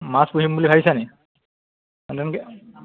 মাছ পুহিম বুলি ভাবিছা নেকি তেনেকৈ